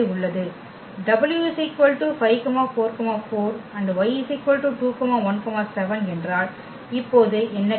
w 5 4 4 y 2 1 7 என்றால் இப்போது என்ன கேள்வி